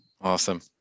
awesome